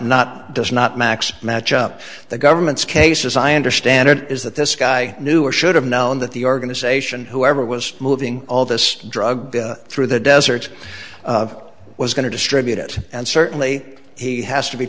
not does not macs match up the government's case as i understand it is that this guy knew or should have known that the organization whoever was moving all this drug through the desert of was going to distribute it and certainly he has to be